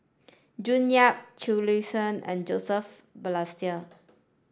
June Yap Chee Lee and Joseph Balestier